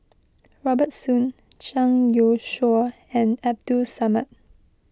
Robert Soon Zhang Youshuo and Abdul Samad